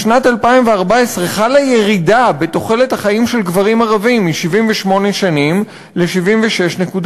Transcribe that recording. בשנת 2014 חלה ירידה בתוחלת החיים של גברים ערבים מ-78 שנים ל-76.9,